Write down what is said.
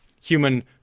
human